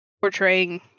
portraying